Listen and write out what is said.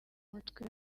mutwe